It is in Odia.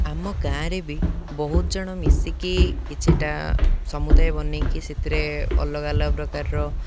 ଆମ ଗାଁରେ ବି ବହୁତ ଜଣ ମିଶିକି କିଛିଟା ସମୁଦାୟ ବନେଇକି ସେଥିରେ ଅଲଗା ଅଲଗା ପ୍ରକାରର